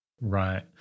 Right